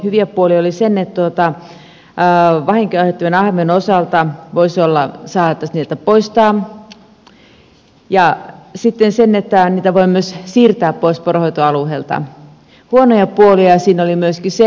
hyviä puolia oli se että vahinkoja aiheuttavien ahmojen osalta voisi olla että saatettaisiin niitä poistaa ja sitten se että niitä voidaan myös siirtää pois poronhoitoalueelta monia tuliaisina oli myös kissa